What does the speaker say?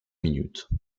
minutes